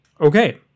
Okay